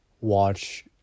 watch